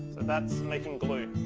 and that's making glue.